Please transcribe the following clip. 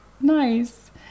Nice